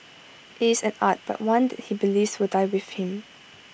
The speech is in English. IT is an art but one that he believes will die with him